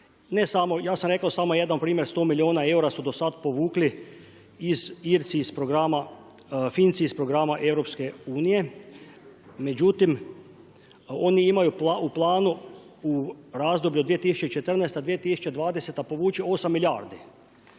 Ja sam rekao samo jedan primjer 100 milijuna eura su do sada povukli Finci iz programa EU, međutim oni imaju u planu u razdoblju od 2014.-2020. povući osam milijardi.